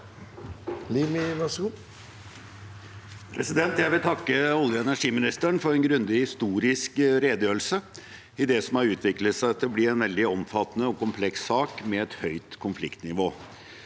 Limi (FrP) Jeg vil takke olje- og energiministeren for en grundig historisk redegjørelse i det som har utviklet seg til å bli en veldig omfattende og kompleks sak med et høyt konfliktnivå.